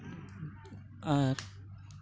ᱟᱨ